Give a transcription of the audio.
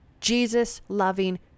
Jesus-loving